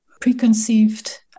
preconceived